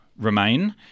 remain